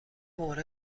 مورد